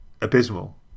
abysmal